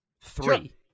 three